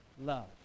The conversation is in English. love